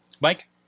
Mike